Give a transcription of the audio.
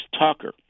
Tucker